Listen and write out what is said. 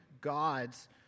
God's